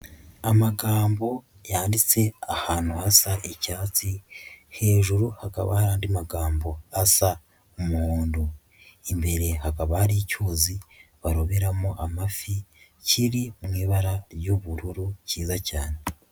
Amagambo yanditse ahantu hasa nk'icyatsi, hejuru hakaba hari andi magambo asa umuhondo, imbere hakaba hari icyuzi baroberamo amafi kiri mu ibara ry'ubururu kiza cyane.